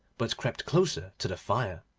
but crept closer to the fire.